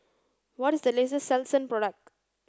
what is the latest Selsun product